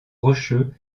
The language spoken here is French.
rocheux